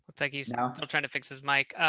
techies out there trying to fix this mic.